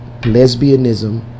lesbianism